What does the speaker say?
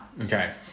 Okay